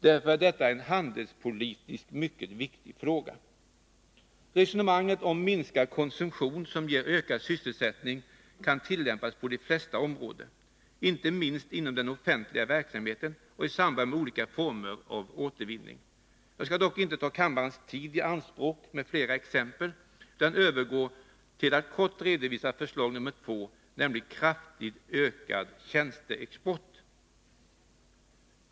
Därför är detta en handelspolitiskt mycket viktig fråga. Resonemanget om minskad konsumtion, som ger ökad sysselsättning, kan tillämpas på de flesta områden, inte minst inom den offentliga verksamheten och i samband med olika former av återvinning. Jag skall dock inte ta kammarens tid i anspråk med flera exempel, utan övergå till att kort redovisa förslag nr 2, nämligen kraftigt ökad tjänsteexport.